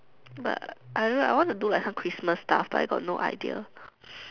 but I want to do like some Christmas stuff but I got no idea